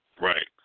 Right